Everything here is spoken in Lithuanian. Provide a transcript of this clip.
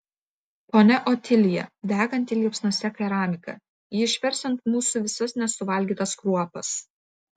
ponia otilija deganti liepsnose keramika ji išvers ant mūsų visas nesuvalgytas kruopas